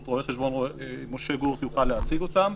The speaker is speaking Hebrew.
רו"ח משה גורט, יוכל להציג אותם.